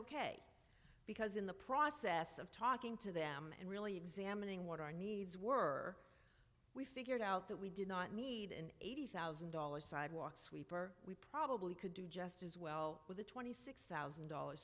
ok because in the process of talking to them and really examining what our needs were we figured out that we did not need an eighty thousand dollars sidewalk sweeper we probably could do just as well with a twenty six thousand dollars